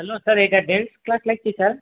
hello sir ଏଇଟା dance class ଲାଗିଛି sir